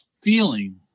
feeling